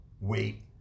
wait